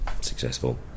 successful